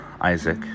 Isaac